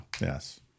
Yes